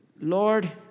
Lord